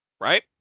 Right